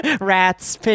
rats